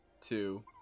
two